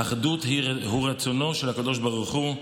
אחדות היא רצונו של הקדוש ברוך הוא.